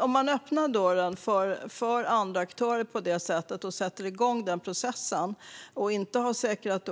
Om man öppnar dörren för andra aktörer på det sättet och sätter igång processen och inte har säkrat